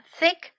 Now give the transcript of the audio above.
Thick